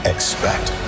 Expect